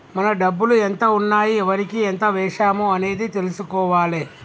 మన డబ్బులు ఎంత ఉన్నాయి ఎవరికి ఎంత వేశాము అనేది తెలుసుకోవాలే